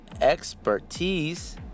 expertise